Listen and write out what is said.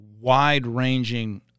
wide-ranging